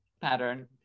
pattern